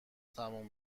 تموم